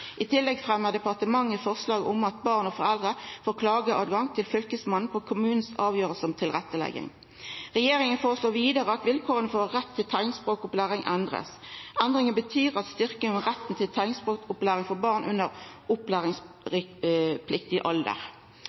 I tillegg fremjar departementet forslag om at barn og foreldre får klagerett til fylkesmannen på kommunens avgjerd om tilrettelegging. Regjeringa føreslår vidare at vilkåra for å ha rett til teiknspråkopplæring skal endrast. Endringa betyr ei styrking av retten til teiknspråkopplæring for barn under opplæringspliktig alder.